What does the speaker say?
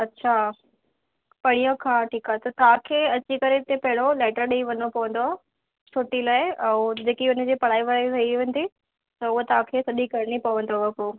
अच्छा परींहं खां ठीकु आहे त तव्हांखे अची करे हिते पहिरों लैटर ॾेई वञिणो पवंदो छुटी लाइ ऐं जेकी हुन जी पढ़ाई वढ़ाई रही वेंदी त उहो तव्हांखे सॼी करणी पवंदव पोइ